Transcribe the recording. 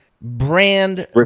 brand